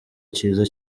cyiza